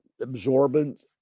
absorbent